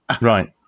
Right